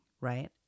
right